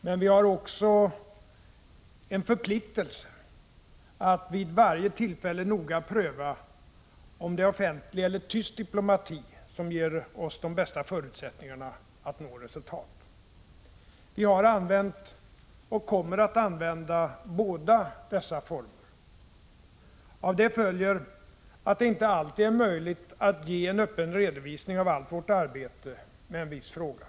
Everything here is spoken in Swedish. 9” Vi har emellertid en förpliktelse att vid varje tillfälle noga pröva om det är offentlig eller tyst diplomati som ger oss de bästa förutsättningarna att nå resultat. Vi har använt, och kommer att använda, båda dessa former av diplomati. Av detta följer att det inte alltid är möjligt att ge en öppen redovisning av allt vårt arbete med en viss fråga.